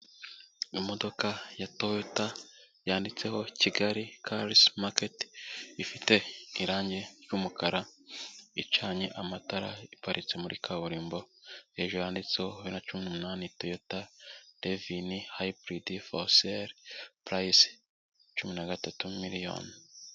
Imodoka ya toyota yanditseho kigali carisi maketi ifite irangi ry'umukara icanye amatara iparitse muri kaburimbo hejuru yanditseho na 2018 toyota revimi hayiburii foruse purayisi 13 miriyoni.